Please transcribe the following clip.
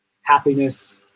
happiness